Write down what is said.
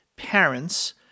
parents